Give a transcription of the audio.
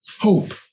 Hope